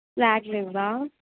black లేవా